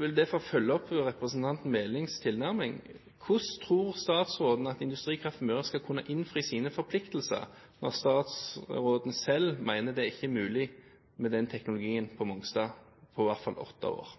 vil derfor følge opp representanten Melings tilnærming: Hvordan tror statsråden at Industrikraft Møre skal kunne innfri sine forpliktelser, når statsråden selv mener det ikke er mulig med den teknologien på Mongstad på – i hvert fall – åtte år?